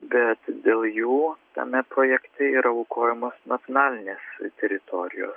bet dėl jų tame projekte yra aukojamos nacionalinės teritorijos